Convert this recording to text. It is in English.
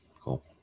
Cool